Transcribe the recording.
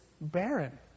barren